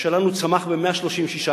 שלנו צמח ב-36%.